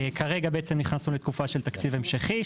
כרגע נכנסנו לתקופה של תקציב המשכי,